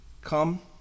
come